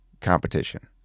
competition